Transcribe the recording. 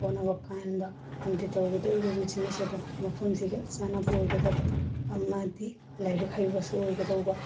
ꯍꯣꯠꯅꯕ ꯀꯟꯕ ꯑꯃꯗꯤ ꯇꯧꯒꯗꯧꯔꯤꯕ ꯕꯤꯖꯤꯅꯦꯁ ꯑꯗꯨ ꯃꯐꯝꯁꯤꯒ ꯆꯥꯟꯅꯕ ꯑꯣꯏꯒꯗꯕ ꯑꯃꯗꯤ ꯂꯥꯏꯔꯤꯛ ꯍꯩꯕꯁꯨ ꯑꯣꯏꯒꯗꯧꯕ